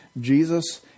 Jesus